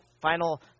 final